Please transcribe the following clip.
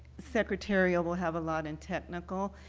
secretarial will have a lot and technical.